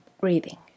breathing